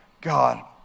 God